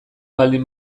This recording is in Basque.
baldin